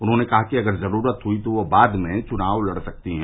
उन्होंने कहा कि अगर जरूरत हुई तो वह बाद में चुनाव लड़ सकती हैं